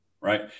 Right